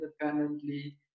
independently